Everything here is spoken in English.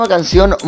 canción